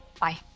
Bye